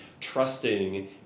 trusting